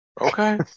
Okay